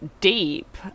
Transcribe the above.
deep